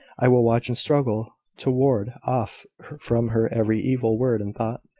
i will watch and struggle to ward off from her every evil word and thought.